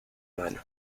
mano